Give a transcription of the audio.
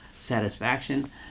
satisfaction